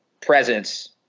presence